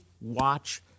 watch